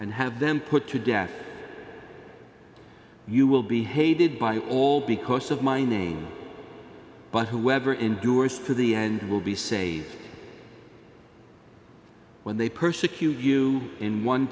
and have them put to death you will be hated by all because of my name but whoever endures to the end will be say when they persecute you in one